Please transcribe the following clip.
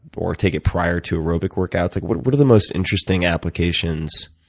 or take it prior to aerobic workouts. like what what are the most interesting applications,